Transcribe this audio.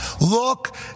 look